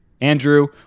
Andrew